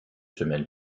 semaines